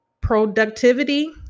productivity